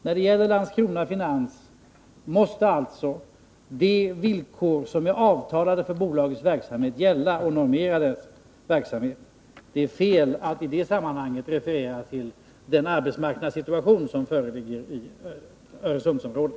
När det gäller Landskrona Finans måste alltså de villkor som är avtalade för bolagets verksamhet gälla och normera dess verksamhet. Det är fel att i sammanhanget referera till den arbetsmarknadssituation som föreligger i Öresundsområdet.